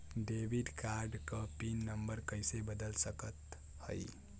Debit card क PIN number कइसे बदल सकत हई?